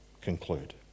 conclude